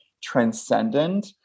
transcendent